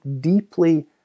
deeply